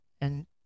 and-